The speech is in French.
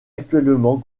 actuellement